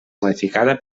modificada